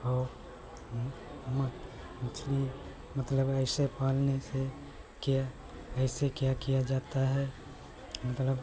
और हम हम मछली मतलब ऐसे पालने से ऐसे क्या किया जाता है मतलब